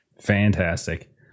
Fantastic